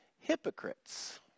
hypocrites